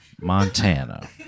Montana